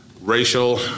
racial